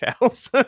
house